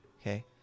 Okay